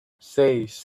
seis